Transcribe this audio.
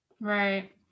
right